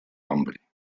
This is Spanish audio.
hambre